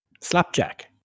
Slapjack